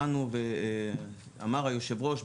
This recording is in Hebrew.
אמר היושב-ראש,